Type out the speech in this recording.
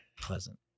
pleasant